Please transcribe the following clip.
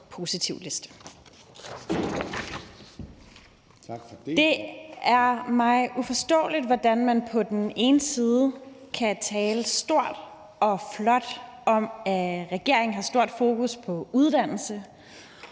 positivliste. Det er mig uforståeligt, hvordan man på den ene side kan tale stort og flot om, at regeringen har stort fokus på uddannelse,